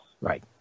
Right